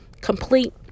complete